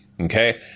Okay